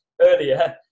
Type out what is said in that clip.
earlier